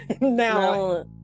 Now